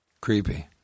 Creepy